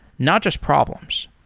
not just problems.